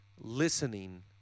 listening